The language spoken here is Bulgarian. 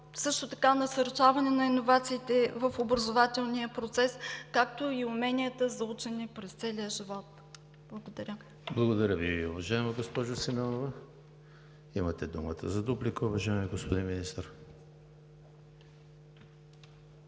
също така насърчаване на иновациите в образователния процес, както и уменията за учене през целия живот. Благодаря. ПРЕДСЕДАТЕЛ ЕМИЛ ХРИСТОВ: Благодаря Ви, уважаема госпожо Симеонова. Имате думата за дуплика, уважаеми господин Министър.